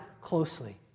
closely